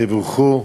תבורכו,